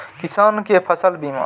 किसान कै फसल बीमा?